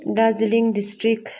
Darjeeling district